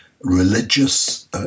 religious